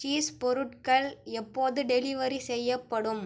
cheese பொருட்கள் எப்போது delivery செய்யப்படும்